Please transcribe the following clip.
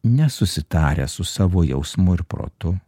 nesusitarę su savo jausmu ir protu